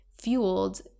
fueled